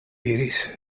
diris